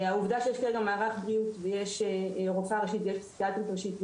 העובדה שיש מערך בריאות ויש רופאה פסיכיאטרית ראשית,